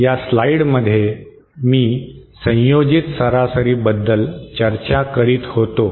या स्लाइडमध्ये मी संयोजित सरासरीबद्दल चर्चा करीत होतो